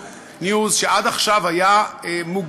i24news, שעד עכשיו היה מוגבל,